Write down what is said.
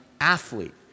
athlete